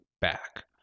back